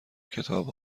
کتاب